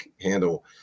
handle